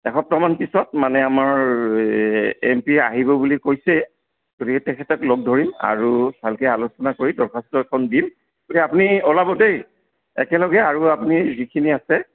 এসপ্তাহমান পিছত মানে আমাৰ এম পি আহিব বুলি কৈছে গতিকে তেখেতক লগ ধৰিম আৰু ভালকৈ আলোচনা কৰি দৰ্খাস্ত এখন দিম গতিকে আপুনি ওলাব দেই একেলগে আৰু আপুনি যিখিনি আছে